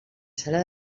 sala